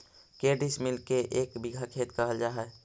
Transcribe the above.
के डिसमिल के एक बिघा खेत कहल जा है?